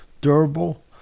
durable